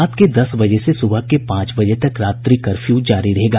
रात के दस बजे से सुबह के पांच बजे तक रात्रि कर्फ्यू जारी रहेगा